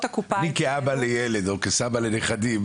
כאבא לילד או סבא לנכדים,